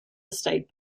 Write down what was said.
estate